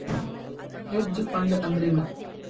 Hedge fund ಅಂದ್ರೇನು?